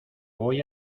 voy